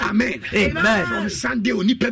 Amen